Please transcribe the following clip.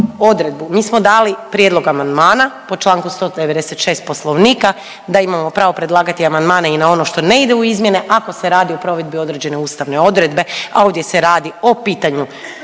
mi smo dali prijedlog amandmana po Članku 196. Poslovnika da imamo pravo predlagati amandmane i na ono što ne ide u izmjene ako se radi o provedbi određene ustavne odredbe, a ovdje se radi o pitanju